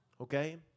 Okay